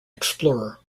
explorer